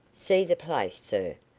see the place, sir.